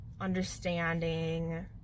understanding